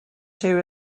two